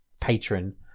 patron